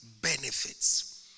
benefits